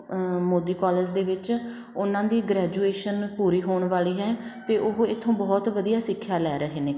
Modi college ਦੇ ਵਿੱਚ ਉਹਨਾਂ ਦੀ ਗ੍ਰੈਜੂਏਸ਼ਨ ਪੂਰੀ ਹੋਣ ਵਾਲੀ ਹੈ ਅਤੇ ਉਹ ਇੱਥੋਂ ਬਹੁਤ ਵਧੀਆ ਸਿੱਖਿਆ ਲੈ ਰਹੇ ਨੇ